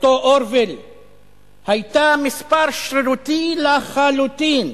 אותו אורוול היתה מספר שרירותי לחלוטין,